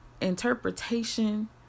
interpretation